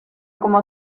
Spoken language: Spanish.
como